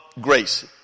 grace